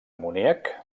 amoníac